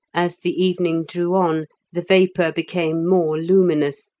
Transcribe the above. as the evening drew on the vapour became more luminous,